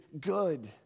good